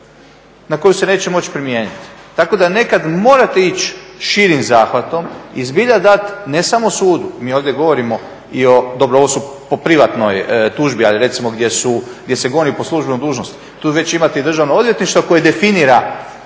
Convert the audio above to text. na koju se neće moći primijeniti. Tako da nekad morate ići širim zahvatom i zbilja dati ne samo sudu, mi ovdje govorimo i o, dobro ovo su po privatnoj tužbi ali recimo gdje se goni po službenoj dužnosti, tu već imate i Državno odvjetništvo koje definira